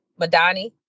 Madani